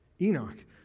Enoch